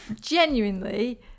Genuinely